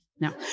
No